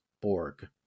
Borg